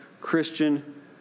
Christian